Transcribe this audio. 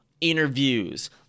interviews